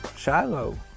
Shiloh